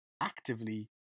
actively